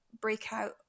breakout